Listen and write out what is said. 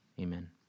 Amen